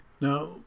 Now